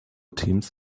teams